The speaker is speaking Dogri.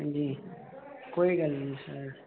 हां जी कोई गल्ल नी सर